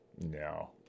No